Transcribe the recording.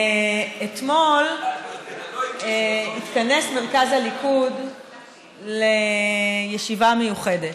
אתמול התכנס מרכז הליכוד לישיבה מיוחדת.